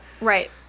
Right